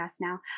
now